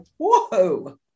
whoa